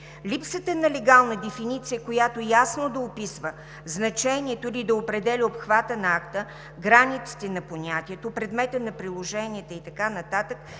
Липсата на легална дефиниция, която ясно да описва значението или да определя обхвата на акта, границите на понятието, предмета на приложение и така нататък